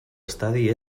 estadi